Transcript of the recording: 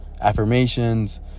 affirmations